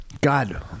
God